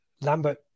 Lambert